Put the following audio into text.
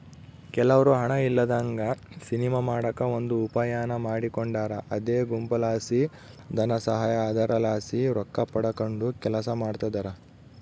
ಕೆಲವ್ರು ಹಣ ಇಲ್ಲದಂಗ ಸಿನಿಮಾ ಮಾಡಕ ಒಂದು ಉಪಾಯಾನ ಮಾಡಿಕೊಂಡಾರ ಅದೇ ಗುಂಪುಲಾಸಿ ಧನಸಹಾಯ, ಅದರಲಾಸಿ ರೊಕ್ಕಪಡಕಂಡು ಕೆಲಸ ಮಾಡ್ತದರ